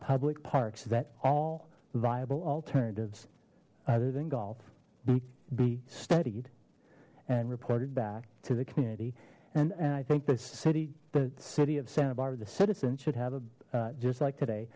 public parks that all viable alternatives other than golf we be studied and reported back to the community and and i think the city the city of santa barbara the citizens should have a just like today